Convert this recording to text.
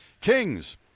Kings